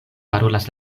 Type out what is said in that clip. parolas